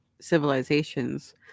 civilizations